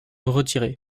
retiré